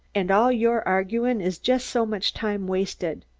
and all your arguin' is just so much time wasted.